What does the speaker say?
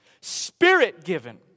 spirit-given